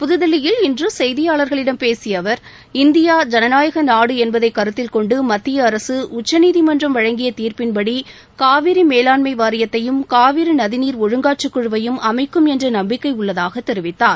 புத்தில்லியில் இன்று கெய்தியாளர்களிடம் பேசிய அவர் இந்தியா ஜனநாயக நாடு என்பதை கருத்தில் கொண்டு மத்திய அரசு உச்சநீதிமன்றம் வழங்கிய தீர்ப்பின்படி காவிரி மேலாண்மை வாரியத்தையும் காவிரி நதிமீர் ஒழுங்காற்று குழுவையும் அமைக்கும் என்ற நம்பிக்கை உள்ளதாக தெரிவித்தார்